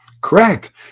correct